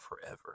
forever